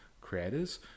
creators